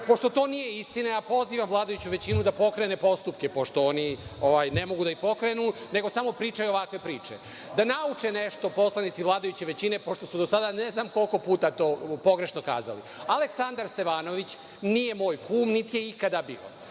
Pošto to nije istina, pozivam vladajuću većinu da pokrenu postupke, pošto oni ne mogu da ih pokrenu, nego samo pričaju ovakve priče. Da nauče nešto poslanici vladajuće većine, pošto su, do sada ne znam koliko puta, to pogrešno kazali. Aleksandar Stevanović nije moj kum, niti je ikada bio.